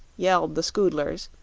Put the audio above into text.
yelled the scoodlers,